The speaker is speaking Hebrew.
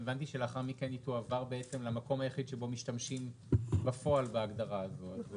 הבנתי שלאחר מכן היא תועבר למקום היחיד שבו משתמשים בפועל בהגדרה הזאת.